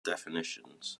definitions